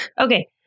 Okay